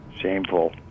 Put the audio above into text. shameful